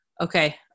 Okay